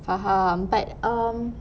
faham but um